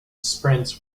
sprints